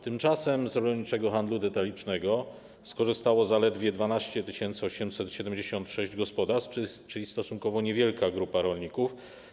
Tymczasem z rolniczego handlu detalicznego skorzystało zaledwie 12 876 gospodarstw, czyli stosunkowo niewielka grupa rolników.